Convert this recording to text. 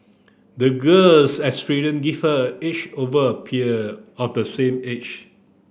the girl's gave her a edge over her peer of the same age